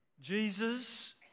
Jesus